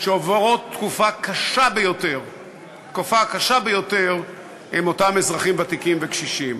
שעוברת תקופה קשה ביותר היא של אותם אזרחים ותיקים וקשישים.